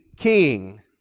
king